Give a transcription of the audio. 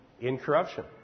incorruption